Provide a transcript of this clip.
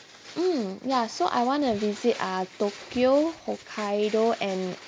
mm ya so I want to visit ah tokyo hokkaido and